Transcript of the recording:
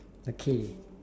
okay